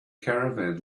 caravan